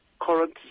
current